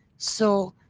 so,